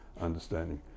understanding